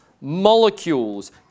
molecules